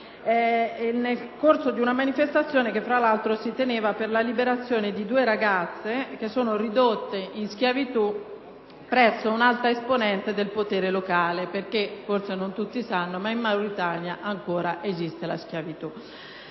nel corso di una manifestazione che si teneva per la liberazione di due ragazze che sono ridotte in schiavitù presso un'alta esponente del potere locale (perché, forse non tutti sanno, ma in Mauritania ancora esiste la schiavitù).